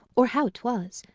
or how twas,